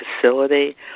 facility